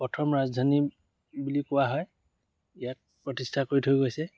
প্ৰথম ৰাজধানী বুলি কোৱা হয় ইয়াত প্ৰতিষ্ঠা কৰি থৈ গৈছে